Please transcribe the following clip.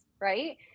right